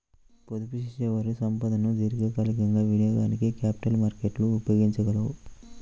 పొదుపుచేసేవారి సంపదను దీర్ఘకాలికంగా వినియోగానికి క్యాపిటల్ మార్కెట్లు ఉపయోగించగలవు